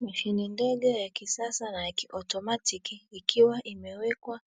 Mashine ndogo ya kisasa na kiautomatiki ikiwa imewekwa